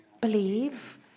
believe